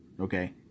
okay